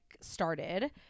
started